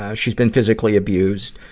ah she's been physically abused.